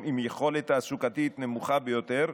אני יכול להגיד לך שדואגים להם למים